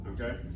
Okay